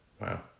Wow